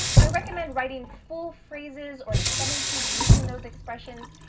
i recommend writing full phrases or sentences using those expressions,